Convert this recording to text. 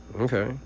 Okay